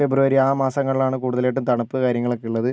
ഫെബ്രുവരി ആ മാസങ്ങളിലാണ് കൂടുതലായിട്ടും തണുപ്പ് കാര്യങ്ങളൊക്കെ ഉള്ളത്